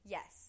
Yes